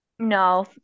No